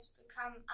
become